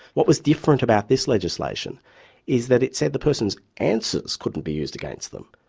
what was different about this legislation is that it said the person's answers couldn't be used against them,